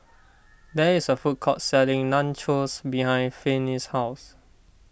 there is a food court selling Nachos behind Finis' house